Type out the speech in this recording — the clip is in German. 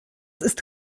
ist